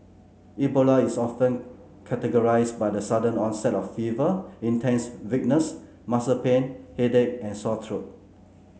Ebola is often characterised by the sudden onset of fever intense weakness muscle pain headache and sore throat